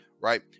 right